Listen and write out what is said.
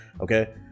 okay